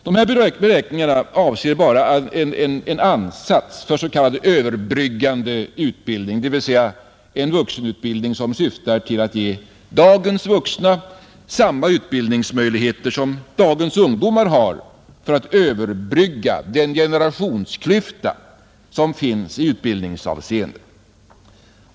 Denna beräkning avser bara en ansats för s.k. överbryggande utbildning, dvs. en vuxenutbildning som syftar till att ge dagens vuxna samma utbildningsmöjligheter som dagens ungdomar har för att överbrygga den generationsklyfta som finns i utbildningsavseende.